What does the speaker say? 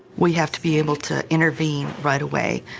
we have to be able to intervene right away.